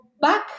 back